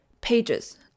Pages